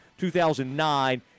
2009